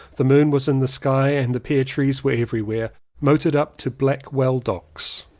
the moon was in the sky and the pear trees were everywhere. motored up to blackwell docks.